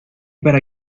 para